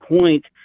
point